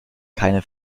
keine